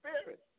Spirit